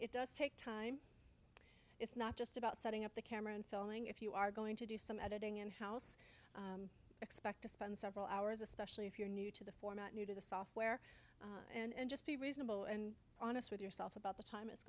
it does take time it's not just about setting up the camera and filming if you are going to do some editing in house expect to spend several hours especially if you're new to the format new to the software and just be reasonable and honest with yourself about the time